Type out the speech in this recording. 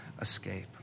escape